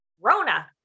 Rona